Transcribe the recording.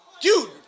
Dude